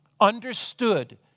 understood